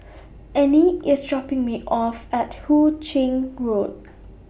Anie IS dropping Me off At Hu Ching Road